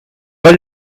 pas